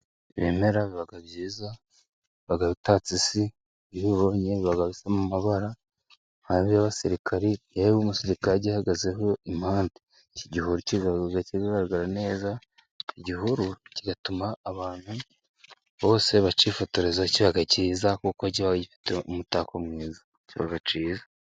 Ibimera biba byiza biba bitatse isi, iyo, ubibonye biba bifite amabara y'abasirikare, umusirikare ahahagazeho, impande iki gihu kiba kigaragara neza, igihuru kigatuma abantu bose bakifotoreza, kiba cyiza kuko kiba gifite umutako mwiza kiba cyiza.